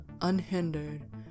unhindered